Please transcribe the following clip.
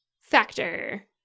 factor